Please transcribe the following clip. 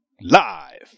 Live